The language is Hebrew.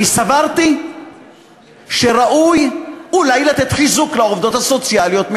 אני סברתי שראוי אולי לתת חיזוק לעובדות הסוציאליות,